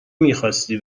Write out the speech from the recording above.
میخواستی